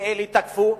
ואלה תקפו,